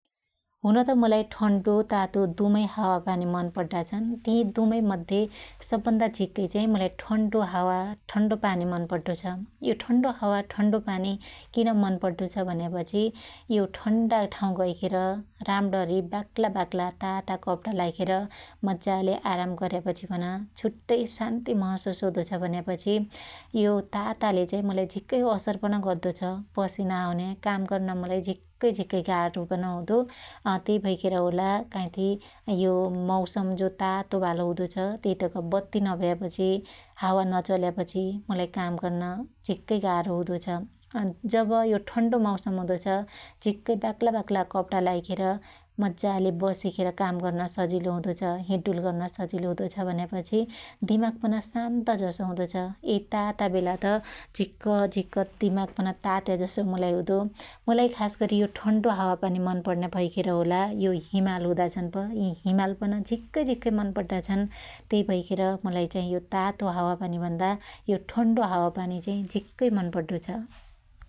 हुनत मुलाई ठन्डो तातो दुमै हावापानी मन पड्डा छन् । ति दुमै मध्ये सब भन्दा झिक्कै चाई ठन्डो हावा ठन्डो पानि मन पड्डो छ । यो ठडो हावा ठन्डो पानी किन मन पड्डो छ भन्यापछि यो ठन्डा ठाँउ गैखेर राम्ण्णी बाक्ला बाक्ला ताता कपणा लाईखेर मज्जाले आराम गर्यापछि पन छुट्टै शान्ति महशुस हुदो छ भन्यापछि यो ताताले चाइ मुलाई झिक्कै असर पन गद्दो छ । पसिना आउन्या काम गर्न मुलाई झिक्कै झिक्कै गार्हो पन हुदो त्यई भैखेर होला काईथी यो मौसम जो तातो बालो हुदो छ त्यइतक बत्ती नभया पछि, हावा नचल्यापछि मुलाई काम गर्न झिक्कै गार्हो हुदो छ । जब यो ठन्डो मौसम हुदो छ झीक्कै बाक्ला बाक्ला कपडा लाईखेर मज्जाले बसिखेर काम गर्न सजिलो हुदो छ । हिडडुल गर्न सजिलो हुदो छ भन्यापछि दिमाक पन शान्त जसो हुदो छ । यै ताताबेला त झिक्क झिक्क झिक्क तिमाक पन तात्याजसो मुलाई हुदो । मुलाई खासगरी यो ठन्डो हावापानी मन पण्न्या भैखेर होला यो हिमाल हुदा छन प यि हिमाल पन झिक्कै झिक्कै मन पड्डा छन । त्यइ भैखेर मुलाई चाइ यो तातो हावापनी भन्दा यो ठन्डो हावा पानि चाइ झीक्कै मन पड्डो छ ।,